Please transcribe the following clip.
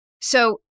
So-